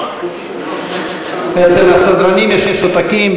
אצל הסדרנים יש עותקים.